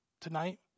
Tonight